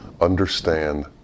understand